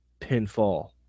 Pinfall